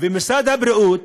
משרד הבריאות